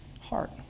Heart